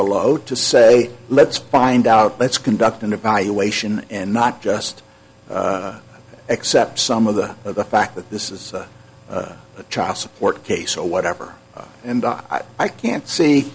below to say let's find out let's conduct an evaluation and not just accept some of the of the fact that this is a child support case or whatever and i i can't see